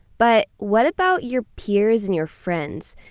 but what about your peers and your friends?